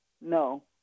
No